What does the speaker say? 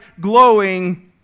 glowing